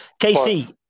KC